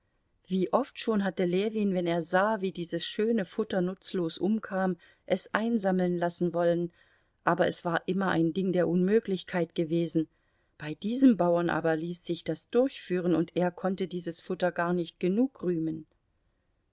wie oft schon hatte ljewin wenn er sah wie dieses schöne futter nutzlos umkam es einsammeln lassen wollen aber es war immer ein ding der unmöglichkeit gewesen bei diesem bauern aber ließ sich das durchführen und er konnte dieses futter gar nicht genug rühmen